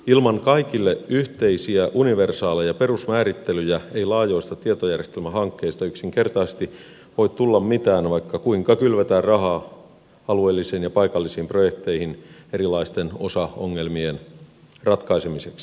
ilman kaikille yhteisiä universaaleja perusmäärittelyjä ei laajoista tietojärjestelmähankkeista yksinkertaisesti voi tulla mitään vaikka kuinka kylvetään rahaa alueellisiin ja paikallisiin projekteihin erilaisten osaongelmien ratkaisemiseksi